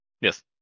Yes